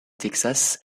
texas